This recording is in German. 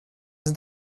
sind